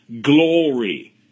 glory